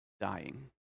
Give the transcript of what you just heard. dying